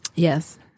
Yes